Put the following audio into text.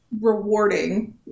Rewarding